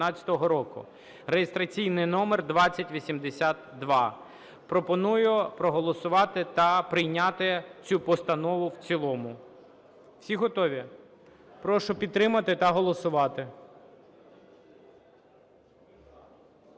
(реєстраційний номер 2088). Пропоную проголосувати та прийняти цю постанову в цілому. Всі готові? Прошу підтримати та голосувати.